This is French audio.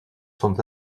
sont